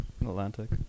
atlantic